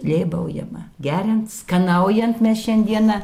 lėbaujama geriant skanaujant mes šiandieną